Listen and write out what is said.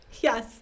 Yes